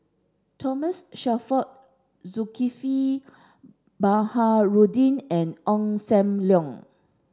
Thomas Shelford Zulkifli Baharudin and Ong Sam Leong